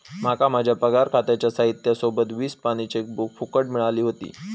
माका माझ्या पगार खात्याच्या साहित्या सोबत वीस पानी चेकबुक फुकट मिळाली व्हती